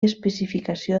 especificació